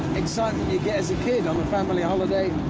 excitement you get as a kid on a family holiday,